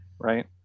right